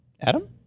Adam